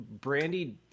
Brandy